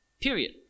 period